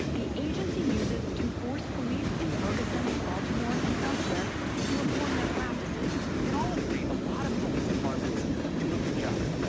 the agency uses to force police in ferguson, baltimore, and elsewhere to reform their practices. we can all agree a lot of police departments do a good job.